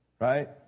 right